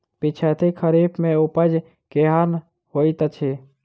पिछैती खरीफ मे उपज केहन होइत अछि?